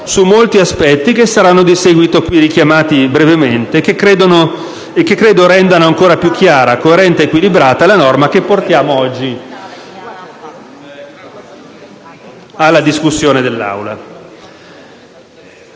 su molti aspetti che saranno di seguito qui richiamati brevemente e che credo rendano ancora più chiara, coerente ed equilibrata la norma che portiamo oggi alla discussione in Aula.